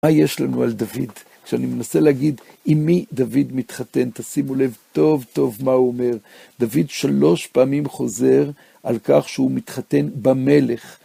מה יש לנו על דוד? כשאני מנסה להגיד עם מי דוד מתחתן, תשימו לב טוב טוב מה הוא אומר. דוד שלוש פעמים חוזר על כך שהוא מתחתן במלך.